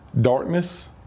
darkness